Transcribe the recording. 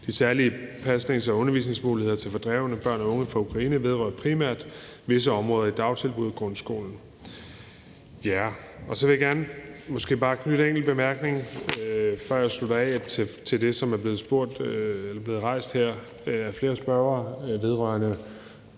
De særlige pasnings- og undervisningsmuligheder til fordrevne børn og unge fra Ukraine vedrører primært visse områder i dagtilbud og grundskolen.